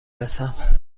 رسم